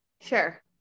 sure